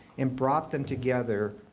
and brought them together